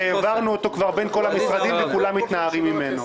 שהעברנו אותו כבר בין כל המשרדים וכולם מתנערים ממנו.